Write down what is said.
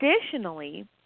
Additionally